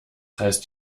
heißt